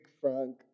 Frank